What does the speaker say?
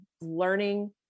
learning